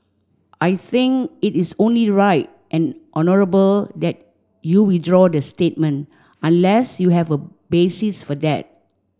I think it is only right and honourable that you withdraw the statement unless you have a basis for that